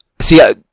see